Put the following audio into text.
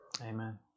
Amen